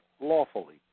lawfully